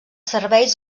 serveis